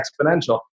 exponential